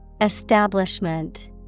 Establishment